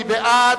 מי בעד?